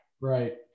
Right